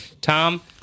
Tom